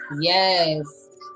Yes